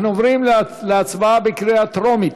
אנחנו עוברים להצבעה בקריאה טרומית,